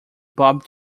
bob